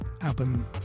album